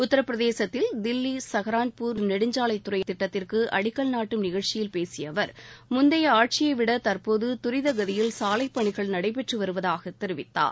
உத்தரப்பிரதேசத்தில் தில்லி சஹரான்பூர் நெடுஞ்சாலைத் திட்டத்திற்கு அடிக்கல் நாட்டும் நிகழ்ச்சியில் பேசிய அவர் முந்தைய ஆட்சியைவிட தற்போது தரிதகதியில் சாலைப் பணிகள் நடைபெற்று வருவதாகத் தெரிவித்தார்